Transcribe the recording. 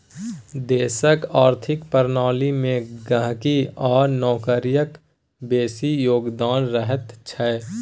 देशक आर्थिक प्रणाली मे गहिंकी आ नौकरियाक बेसी योगदान रहैत छै